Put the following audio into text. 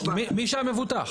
בלי שהמבוטח,